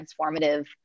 transformative